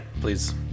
please